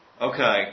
Okay